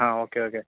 ആ okay okay